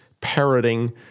parroting